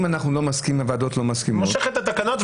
אם אנחנו לא מסכימים והוועדות לא מסכימות -- -היא מושכת את התקנות,